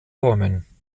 räumen